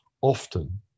often